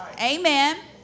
Amen